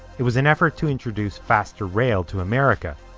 it was an effort to introduce faster rail to america.